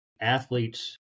athletes